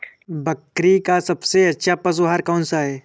बकरी का सबसे अच्छा पशु आहार कौन सा है?